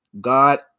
God